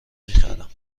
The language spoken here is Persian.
میخرم